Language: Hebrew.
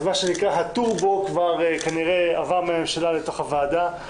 אז מה שנקרא הטורבו כבר כנראה עבר מהממשלה לתוך הוועדה.